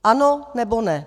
Ano, nebo ne?